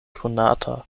konata